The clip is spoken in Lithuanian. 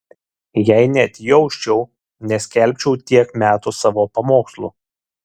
jei neatjausčiau neskelbčiau tiek metų savo pamokslų